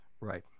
Right